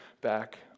back